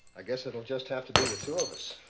i guess it'll just have to be the two of us.